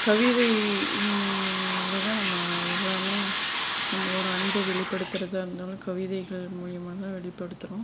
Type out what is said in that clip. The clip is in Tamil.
கவிதை யில் தான் நம்ம எல்லாமே நம்மளோட அன்பை வெளிப்படுத்துறதாக இருந்தாலும் கவிதைகள் மூலிமா தான் வெளிப்படுத்துகிறோம்